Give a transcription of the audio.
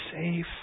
safe